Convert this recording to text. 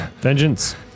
Vengeance